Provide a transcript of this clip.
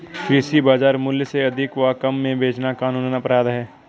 कृषि बाजार मूल्य से अधिक व कम में बेचना कानूनन अपराध है